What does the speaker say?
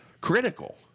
Critical